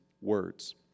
words